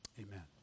amen